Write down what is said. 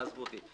תעזוב אותי".